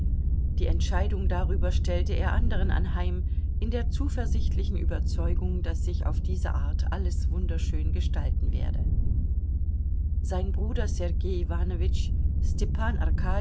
die entscheidung darüber stellte er anderen anheim in der zuversichtlichen überzeugung daß sich auf diese art alles wunderschön gestalten werde sein bruder sergei iwanowitsch stepan